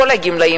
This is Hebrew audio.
כל הגמלאים,